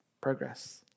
progress